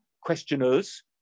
questioners